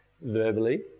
verbally